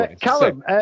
Callum